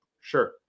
sure